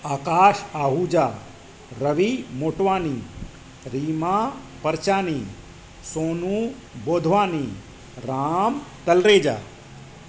Akash Ahuja Ravi Motwani Reema Parchani Sonu Bhodwani Ram Talreja